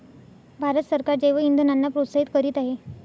भारत सरकार जैवइंधनांना प्रोत्साहित करीत आहे